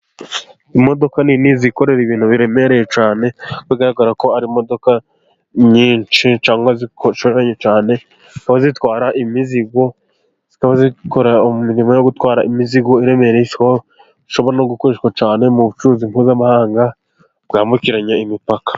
Imodoka nini zikorera ibintu biremereye cyane, bigaragara ko ari imodoka nyinshi cyangwa zishoreranye cyane, zikaba zitwara imizigo, zikaba zikora imirimo yo gutwara imizigo iremereye, ishobora no gukoreshwa cyane, mu bucuruzi mpuzamahanga bwambukiranya imipaka.